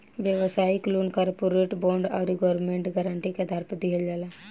व्यापारिक loan corporate bond आउर government guarantee के आधार पर दिहल जाला